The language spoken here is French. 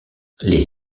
les